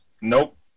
nope